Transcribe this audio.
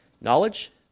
Knowledge